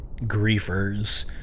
griefers